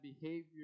behavior